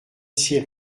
six